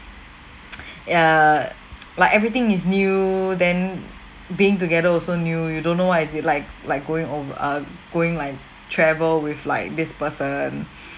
err like everything is new then being together also new you don't know what is it like like going over uh going like travel with like this person